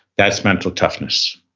that's mental toughness